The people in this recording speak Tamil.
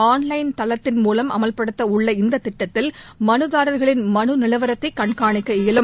ஆன்லைன் தளத்தின் மூலம் அமவ்படுத்தவுள்ள இந்த திட்டத்தில் மனுதாரர்களின் மனு நிலவரத்தை கண்காணிக்க இயலும்